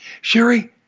Sherry